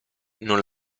non